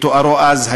כתוארו אז,